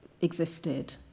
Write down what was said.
existed